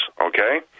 okay